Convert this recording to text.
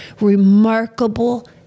remarkable